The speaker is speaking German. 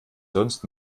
sonst